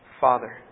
father